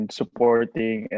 supporting